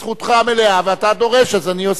זכותך המלאה, ואתה דורש, אז אני עושה.